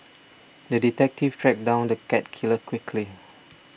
the detective tracked down the cat killer quickly